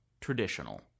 traditional